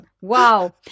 Wow